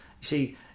See